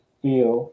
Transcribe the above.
feel